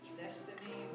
destiny